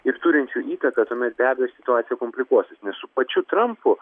ir turinčiu įtaką tuomet be abejo situacija komplikuosis nes su pačiu trampu